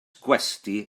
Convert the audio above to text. gwesty